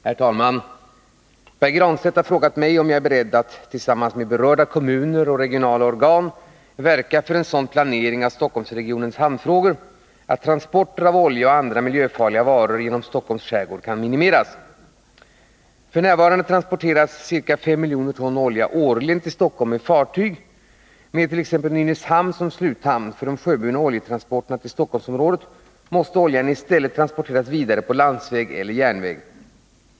Herr talman! Pär Granstedt har frågat mig om jag är beredd att tillsammans med berörda kommuner och regionala organ verka för en sådan planering av Stockholmsregionens hamnfrågor att transporter av olja och att minska antalet miljöfarliga transporter genom Stockholms skärgård andra miljöfarliga varor genom Stockholms skärgård kan minimeras. F. n. transporteras ca 5 miljoner ton olja årligen till Stockholm med fartyg. Med t, ex. Nynäshamn som sluthamn för de sjöburna oljetransporterna till Stockholmsområdet måste oljan i stället transporteras vidare på landsväg eller järnväg.